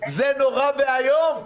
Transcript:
זה נורא ואיום.